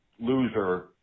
loser